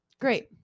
Great